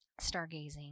stargazing